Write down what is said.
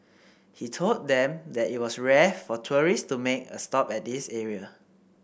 he told them that it was rare for tourist to make a stop at this area